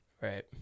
right